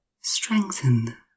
strengthen